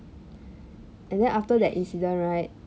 and then after that incident right